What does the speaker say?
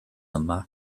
yma